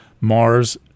Mars